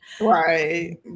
right